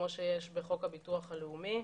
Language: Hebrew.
כמו שיש בחוק הביטוח הלאומי,